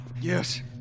Yes